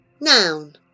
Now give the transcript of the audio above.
Noun